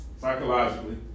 psychologically